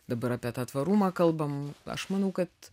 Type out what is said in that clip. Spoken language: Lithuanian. dabar apie tą tvarumą kalbam aš manau kad